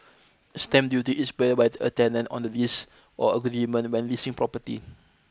stamp duty is payable by a tenant on the lease or agreement when leasing property